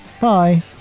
Bye